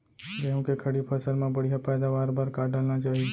गेहूँ के खड़ी फसल मा बढ़िया पैदावार बर का डालना चाही?